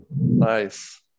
Nice